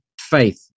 faith